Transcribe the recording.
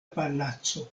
palaco